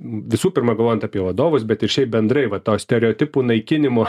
visų pirma galvojant apie vadovus bet ir šiaip bendrai va to stereotipų naikinimo